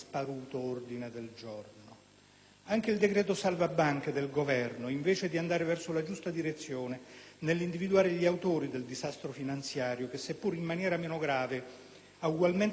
cosiddetto decreto salva banche del Governo, invece di andare verso la giusta direzione nell'individuare gli autori del disastro finanziario, che, seppur in maniera meno grave, ha ugualmente colpito il sistema bancario